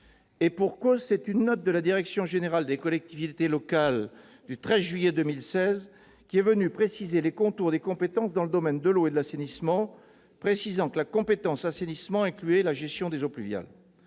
Et pour cause, c'est une note de la Direction générale des collectivités locales du 13 juillet 2016 qui est venue préciser les contours des compétences dans les domaines de l'eau et de l'assainissement, mentionnant que la compétence assainissement incluait la gestion des eaux pluviales.